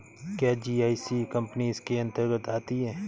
क्या GIC company इसके अन्तर्गत आती है?